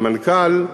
למנכ"ל,